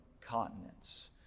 continents